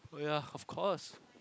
ya of course